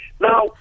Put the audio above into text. Now